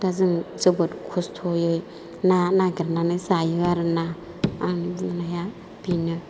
दा जों जोबोद खस्त'यै ना नागिरनानै जायो आरोना आंनि बुंनाया बेनो